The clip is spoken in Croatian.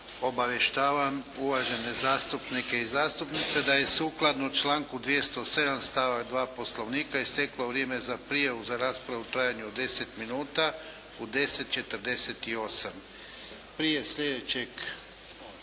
Obavještavam uvažene zastupnike i zastupnice da je sukladno članku 207. stavak 2. Poslovnika isteklo vrijeme za prijavu za raspravu u trajanju od 10 minuta u 10 i 48. Prije slijedećeg